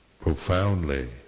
profoundly